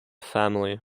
family